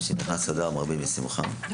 משנכנס אדר מרבין בשמחה.